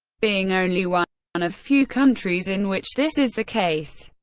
being only one and of few countries in which this is the case.